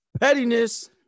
Pettiness